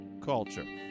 culture